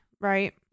right